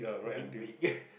big big